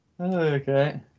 okay